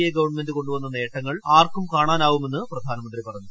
A government കൊണ്ടുവന്ന നേട്ടങ്ങൾ ആർക്കും കാണാനാവുമെന്ന് പ്രധാനമന്ത്രി പറഞ്ഞു